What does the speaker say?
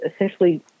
essentially